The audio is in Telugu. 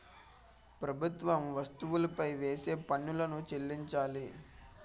ప్రభుత్వం వస్తువులపై వేసే పన్నులను చెల్లించాలి